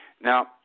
now